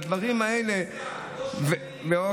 והדברים האלה, א.